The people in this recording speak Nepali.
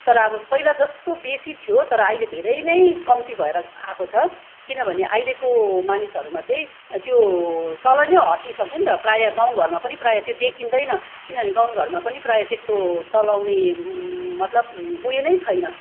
तर आबो पहिला जस्तो बेसी थियो तर अहिले धेरै नै कम्ती भएर आएको छ किनभने अहिलेको मानिसहरूमा चाहिँ त्यो चलनै हटिसक्यो नि त प्रायः गाउँ घरमा पनि प्रायः त्यो देखिँदैन किनभने गाउँ घरमा पनि प्रायः त्यस्तो चलाउने मतलब उयो नै छैन